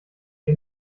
ihr